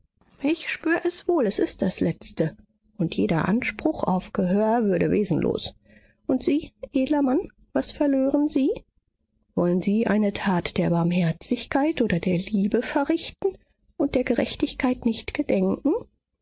ich spür es wohl es ist das letzte und jeder anspruch auf gehör würde wesenlos und sie edler mann was verlören sie wollen sie eine tat der barmherzigkeit oder der liebe verrichten und der gerechtigkeit nicht gedenken